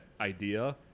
idea